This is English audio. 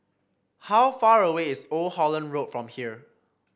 how far away is Old Holland Road from here